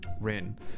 Rin